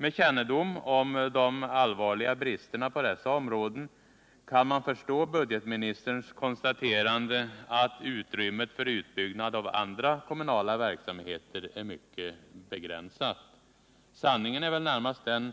Med kännedom om de allvarliga bristerna på dessa områden kan 23 man förstå budgetministerns konstaterande att utrymmet för utbyggnad av andra kommunala verksamheter är mycket begränsat. Sanningen är väl närmast den